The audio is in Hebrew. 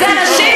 זו ממש חוצפה.